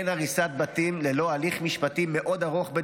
אין הריסת בתים ללא הליך משפטי ארוך מאוד,